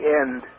end